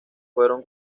fueron